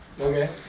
Okay